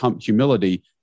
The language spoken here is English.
humility